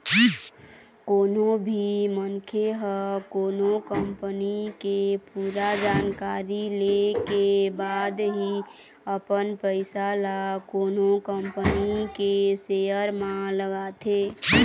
कोनो भी मनखे ह कोनो कंपनी के पूरा जानकारी ले के बाद ही अपन पइसा ल कोनो कंपनी के सेयर म लगाथे